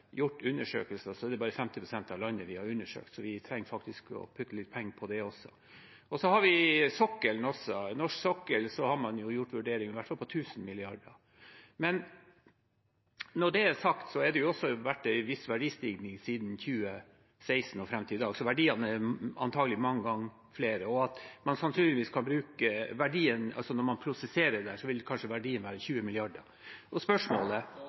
er gjort, har vi bare undersøkt rundt 50 pst. av landet. Så vi trenger faktisk å putte inn litt penger i det også. Og så har vi sokkelen også. På norsk sokkel har man gjort en vurdering på i hvert fall 1 000 mrd. kr. Når det er sagt, har det også vært en viss verdistigning fra 2016 og fram til i dag, så verdiene er antakelig mange ganger høyere. Og man når prosesserer dette, vil verdien kanskje være 20 mrd. kr. Spørsmåler er … Da er tiden ute. Vi er enige om det